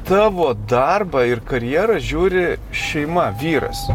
tavo darbą ir karjerą žiūri šeima vyras